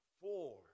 Four